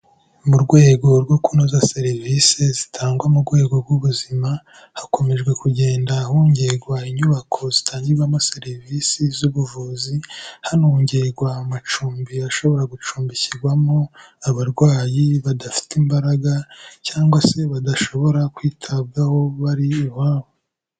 Mu rwego rwo kunoza serivisi zitangwa mu rwego rw'ubuzima, hakomeje kugenda hongerwa inyubako zitangirwamo serivisi z'ubuvuzi, hanongerwa amacumbi ashobora gucumbikirwamo abarwayi badafite imbaraga cyangwa se badashobora kwitabwaho bari iwabo.